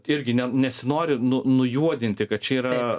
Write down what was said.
irgi ne nesinori nu nujuodinti kad čia yra